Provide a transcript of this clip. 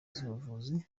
z’ubuvuzi